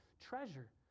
treasure